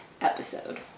episode